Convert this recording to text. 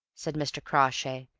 said mr. crawshay,